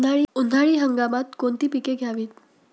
उन्हाळी हंगामात कोणती पिके घ्यावीत?